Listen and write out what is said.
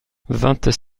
vingt